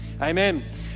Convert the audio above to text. Amen